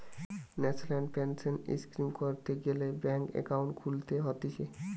national pension scheme করতে গ্যালে bank account খুলতে হতিছে